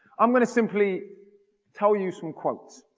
i'm gonna simply tell you some quotes.